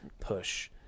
push